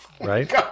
Right